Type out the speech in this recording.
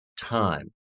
time